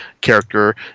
character